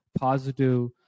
positive